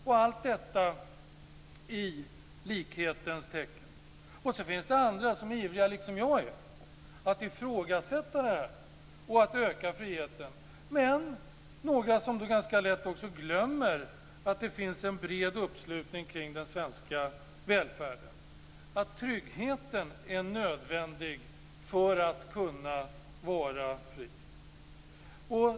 Allt detta görs i likhetens tecken. Så finns det andra som, liksom jag, är ivriga att ifrågasätta detta och att öka friheten. Men några glömmer ganska lätt att det finns en bred uppslutning kring den svenska välfärden, att tryggheten är nödvändig för att man ska kunna vara fri.